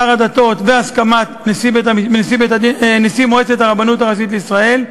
שר הדתות ובהסכמת נשיא מועצת הרבנות הראשית לישראל.